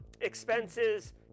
expenses